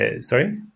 sorry